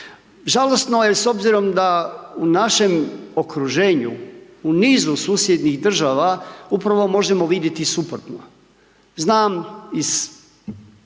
Žalosno je s obzirom da u našem okruženju, u nizu susjednih država upravo možemo vidjeti suprotno. Znam iz